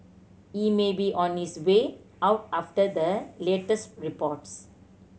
he may be on his way out after the latest reports